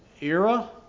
era